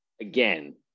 again